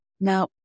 Now